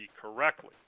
correctly